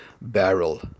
barrel